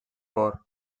port